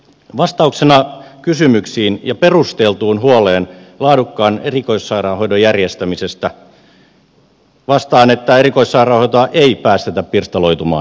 vastauksena kysymyksiin ja perusteltuun huoleen laadukkaan erikoissairaanhoidon järjestämisestä vastaan että erikoissairaanhoitoa ei päästetä pirstaloitumaan